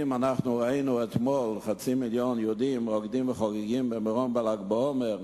אם ראינו אתמול חצי מיליון יהודים רוקדים וחוגגים במירון בל"ג בעומר,